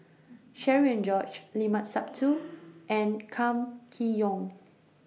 Cherian George Limat Sabtu and Kam Kee Yong